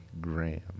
Graham